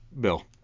bill